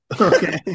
Okay